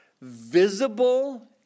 visible